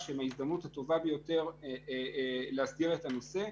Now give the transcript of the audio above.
הם ההזדמנות הטובה ביותר להסדר את הנושא,